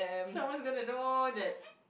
someones gonna know that